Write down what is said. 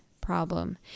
problem